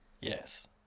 yes